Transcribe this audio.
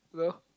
no